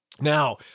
Now